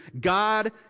God